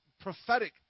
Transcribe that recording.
prophetic